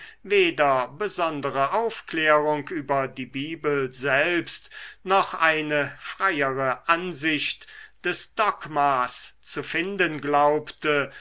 weder besondere aufklärung über die bibel selbst noch eine freiere ansicht des dogmas zu finden glaubte